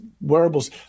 wearables